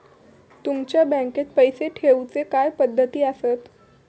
तुमच्या बँकेत पैसे ठेऊचे काय पद्धती आसत?